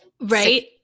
Right